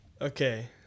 okay